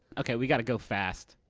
okay, we gotta go fast.